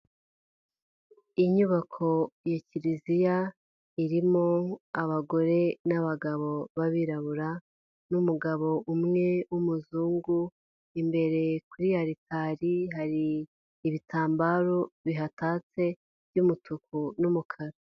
Inyubako ya Kiliziya irimo abagore n'abagabo b'abirabura n'umugabo umwe w'umuzungu, imbere kuri Aritari hari ibitambaro bihatatse by'umutuku n'umukara.